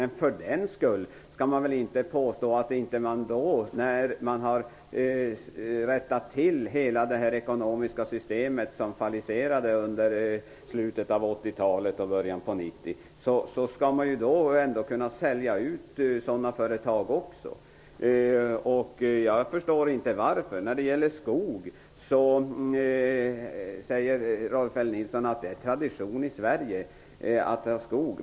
När man har rättat till hela det ekonomiska systemet, som kraschade under slutet av 80-talet och i början av 90-talet, skall man kunna sälja ut också sådana företag. Jag förstår inte varför man inte skulle kunna göra det. När det gäller ägande av skog säger Rolf Nilson att det är tradition i Sverige med gemensam skog.